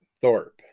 Thorpe